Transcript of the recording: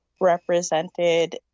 represented